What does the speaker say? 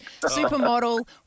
supermodel